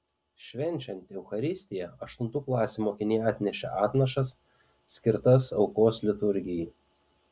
švenčiant eucharistiją aštuntų klasių mokiniai atnešė atnašas skirtas aukos liturgijai